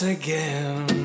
again